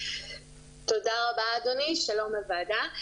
תודה רבה, אדוני, שלום לוועדה.